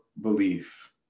belief